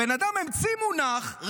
הבן אדם המציא מונח,